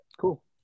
Cool